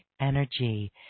energy